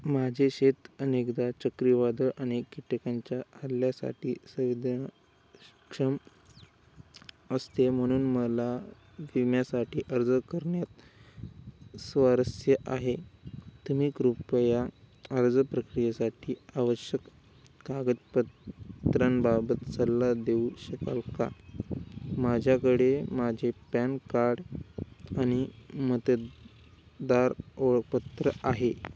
माझे शेत अनेकदा चक्रीवादळ आणि कीटकांच्या हल्ल्यासाठी संवेदनाक्षम असते म्हणून मला विम्यासाठी अर्ज करण्यात स्वारस्य आहे तुम्ही कृपया अर्ज प्रक्रियेसाठी आवश्यक कागदपत्रांबाबत सल्ला देऊ शकाल का माझ्याकडे माझे पॅन कार्ड आणि मतदार ओळखपत्र आहे